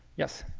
yes?